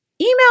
Email